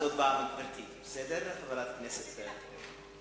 עוד פעם, גברתי, חברת הכנסת רוחמה אברהם,